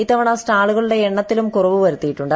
ഇത്തവണ സ്റ്റാളുകളുടെ എണ്ണത്തലും കുറവ് വരുത്തിയിട്ടുണ്ട്